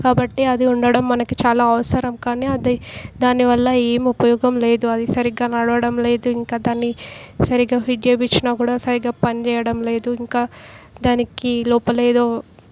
కాబట్టి అది ఉండటం మనకి చాలా అవసరం కానీ అది దానివల్ల ఏం ఉపయోగం లేదు అది సరిగ్గా నడవడం లేదు ఇంకా దాన్ని సరిగ్గా ఫిట్ చేయించినా కూడా సరిగ్గా పనిచేయటం లేదు ఇంకా దానికి లోపలేదో